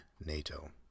NATO